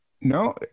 No